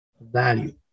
value